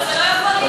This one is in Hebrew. את יודעת,